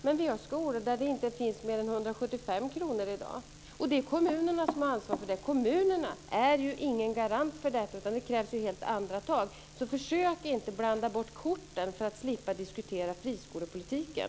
Men vi har skolor där det inte finns mer än 175 kr i dag, och det är kommunerna som har ansvar för det. Kommunerna är ingen garant för detta, utan det krävs helt andra tag. Så försök inte blanda bort korten för att slippa diskutera friskolepolitiken!